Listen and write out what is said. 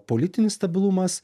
politinis stabilumas